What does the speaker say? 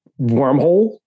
wormhole